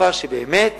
כשבאמת